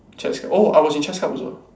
chess oh I was in chess club also